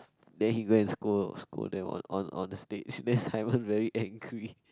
then he go and scold scold them on on on the stage then Simon very angry